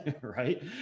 right